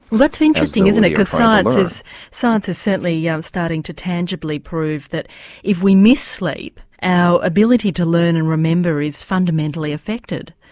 interesting, isn't it, because science is science is certainly yeah starting to tangibly prove that if we miss sleep our ability to learn and remember is fundamentally affected.